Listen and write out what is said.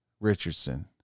Richardson